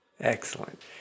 Excellent